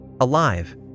Alive